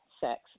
sex